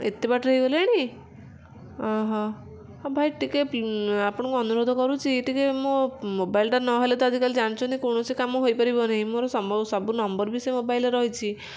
ଏତେ ବାଟ ହେଇଗଲେଣି ହଁ ହଁ ହଁ ଭାଇ ଟିକେ ଆପଣଙ୍କୁ ଅନୁରୋଧ କରୁଛି ଟିକେ ମୋ ମୋବାଇଲ୍ଟା ନହେଲେ ତ ଆଜିକାଲି ଜାଣିଛନ୍ତି କୌଣସି କାମ ହୋଇପାରିବ ନାହିଁ ମୋର ସବୁ ନମ୍ବର ବି ସେ ମୋବାଇଲ୍ରେ ରହିଛି